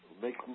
make